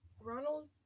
Ronald